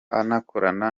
anakorana